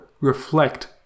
reflect